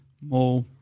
more